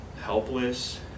helpless